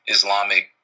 Islamic